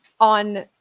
on